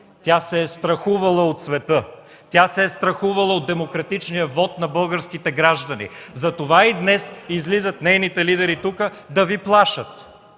Тя се е страхувала от света, тя се е страхувала от демократичния вот на българските граждани, затова и днес излизат нейните лидери тук да Ви плашат.